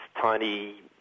tiny